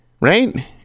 right